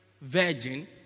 virgin